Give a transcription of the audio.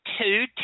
two